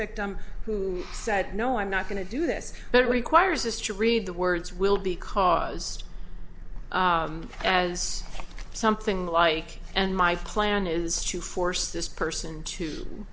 victim who said no i'm not going to do this that requires us to read the words will be caused as something like and my plan is to force this person to